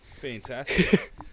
Fantastic